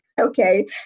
okay